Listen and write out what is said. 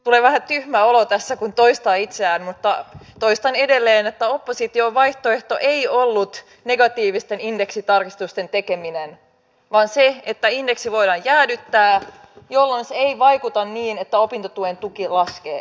tulee vähän tyhmä olo tässä kun toistaa itseään mutta toistan edelleen että opposition vaihtoehto ei ollut negatiivisten indeksitarkistusten tekeminen vaan se että indeksi voidaan jäädyttää jolloin se ei vaikuta niin että opintotuen taso laskee